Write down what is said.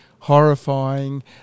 horrifying